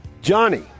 Johnny